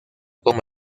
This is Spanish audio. como